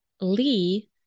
Lee